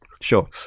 sure